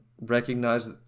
recognize